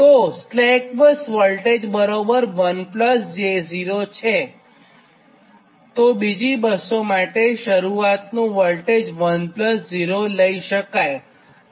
તો slack bus voltage બરાબર 1 j 0 હોયતો બીજી બસો માટે શરૂઆતનું વોલ્ટેજ 1 j 0 હોય